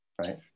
right